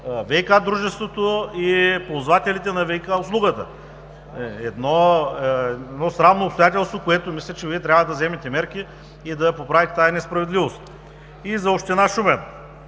ВиК дружеството и ползвателите на ВиК – услугата. Едно срамно обстоятелство! Мисля, че Вие трябва да вземете мерки и да поправите тази несправедливост. И за община Шумен.